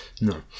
no